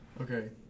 Okay